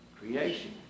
Creation